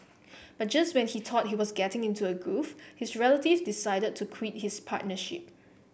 but just when he thought he was getting into a groove his relative decided to quit his partnership